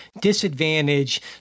disadvantage